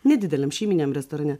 nedideliam šeiminiam restorane